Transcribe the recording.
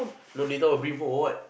no later will brief on what